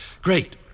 Great